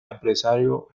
empresario